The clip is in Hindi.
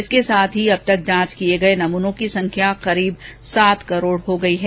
इसके साथ ही अब तक जांच किए गए नमूनों की संख्या लगभग सात करोड हो गई है